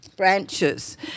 Branches